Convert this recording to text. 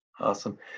Awesome